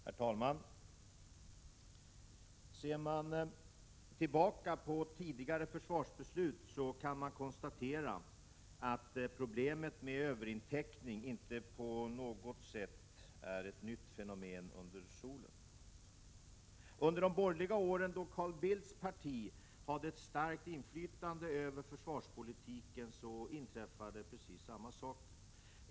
Herr talman! Ser man tillbaka på tidigare försvarsbeslut, så kan man konstatera att problemet med överintäckning inte på något sätt är ett nytt fenomen under solen. Under de borgerliga åren, då Carl Bildts parti hade ett starkt inflytande över försvarspolitiken, inträffade precis samma saker.